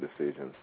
decisions